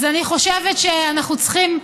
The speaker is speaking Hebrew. אז אני חושבת שאנחנו צריכים,